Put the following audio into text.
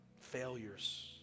failures